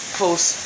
post